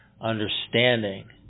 understanding